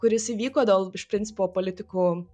kuris įvyko dėl iš principo politikų